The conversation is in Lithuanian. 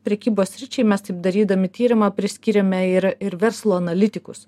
prekybos sričiai mes taip darydami tyrimą priskyrėme ir ir verslo analitikus